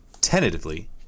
tentatively –